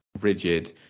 rigid